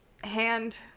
Hand